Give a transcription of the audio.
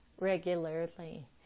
regularly